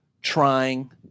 trying